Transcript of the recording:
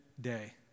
day